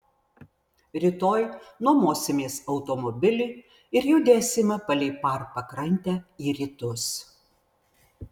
rytoj nuomosimės automobilį ir judėsime palei par pakrantę į rytus